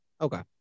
Okay